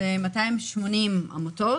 280 עמותות,